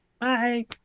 bye